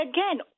Again